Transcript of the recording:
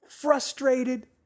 frustrated